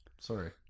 Sorry